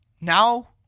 Now